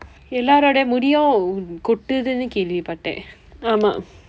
எல்லாருடைய முடியும் கொட்டுதுனு கேள்வி பட்டேன் ஆமாம்:ellaarudaiya mudiyum kotduthunu keelvi patdeen aamam